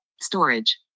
storage